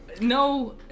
No